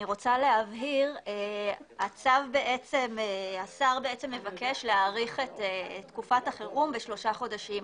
אני רוצה להבהיר שהשר מבקש להאריך את תקופת החירום בשלושה חודשים.